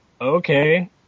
okay